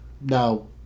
Now